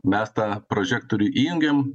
mes tą prožektorių įjungiam